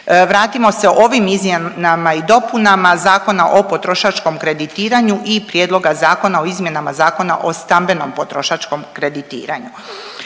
vratimo se ovim izmjenama i dopunama Zakona o potrošačkom kreditiranju i Prijedloga zakona o izmjenama Zakona o stambenom potrošačkom kreditiranju.